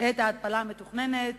את ההתפלה המתוכננת.